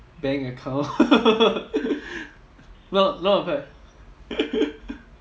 bank account now now I'm quite